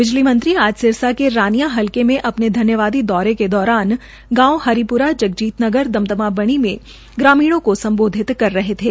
बिजली मंत्री ने आज सिरसा के रानिया हलके में अपने धन्यवादी दौरे के दौरान गांव हरिप्रा जगजीत नगर दमदमा बणी में ग्रामीणों को सम्बोधित कर रहे थे